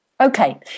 Okay